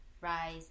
Rise